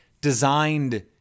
designed